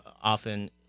often